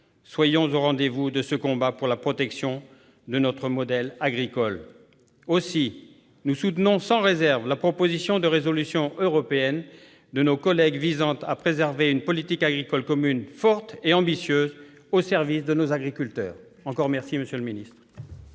Soyons au rendez-vous de ce combat pour la protection de notre modèle agricole. Aussi, nous soutenons sans réserve la proposition de résolution européenne visant à préserver une politique agricole commune forte et ambitieuse, au service de nos agriculteurs. La parole est à Mme Gisèle